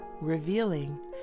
revealing